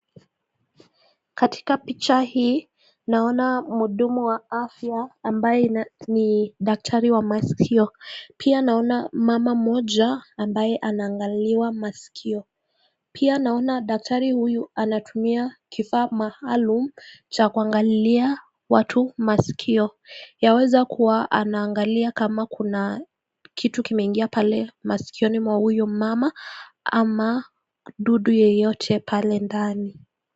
Katika picha hii naona mhudumu wa afia ambaye ni daktari wa maskio, pia naona mama mmoja ambaye anaangaliwa maskio, pia naona daktari huyu anatumia kifaa maalum cha kuangalilia watu maskio , yaweza kuwa anangalia kama kuna kitu kimeingia pale maskioni mwa huyu mama ama dudu yoyote pale ndani.